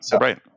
right